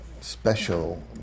special